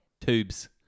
Tubes